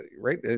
right